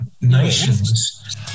nations